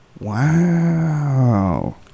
Wow